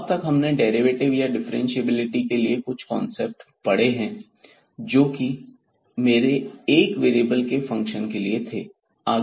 अब तक हमने डेरिवेटिव या डिफ्रेंशिएबिलिटी के लिए कुछ कॉन्सेप्ट्स पढ़ लिए हैं जोकि एक मेरे वेरिएबल के फंक्शन के लिए थे